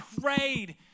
prayed